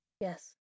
Yes